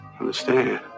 understand